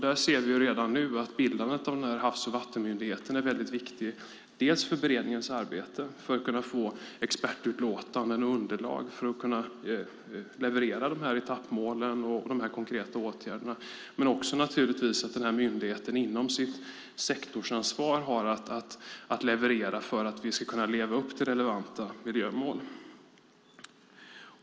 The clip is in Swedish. Där ser vi redan nu att bildandet av Havs och vattenmyndigheten är väldigt viktig dels för beredningens arbete, för att få expertutlåtanden och underlag för att kunna leverera etappmålen och de konkreta åtgärderna, dels för att myndigheten inom sitt sektorsansvar har att leverera för att vi ska kunna leva upp till relevanta miljömål.